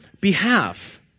behalf